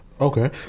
Okay